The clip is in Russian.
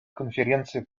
конференции